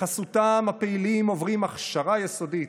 בחסותם הפעילים עוברים הכשרה יסודית,